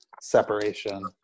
separation